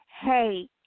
hey